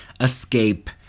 escape